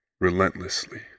relentlessly